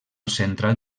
central